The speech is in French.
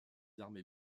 armées